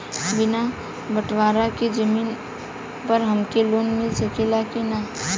बिना बटवारा के जमीन पर हमके लोन मिल सकेला की ना?